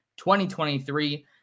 2023